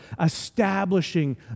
establishing